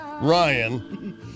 Ryan